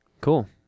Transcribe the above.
Cool